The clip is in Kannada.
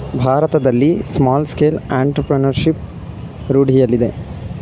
ಭಾರತದಲ್ಲಿ ಸ್ಮಾಲ್ ಸ್ಕೇಲ್ ಅಂಟರ್ಪ್ರಿನರ್ಶಿಪ್ ರೂಢಿಯಲ್ಲಿದೆ